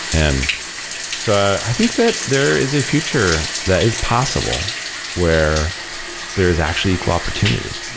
and so i think that there is a future that is possible where there is actually equal opportunity.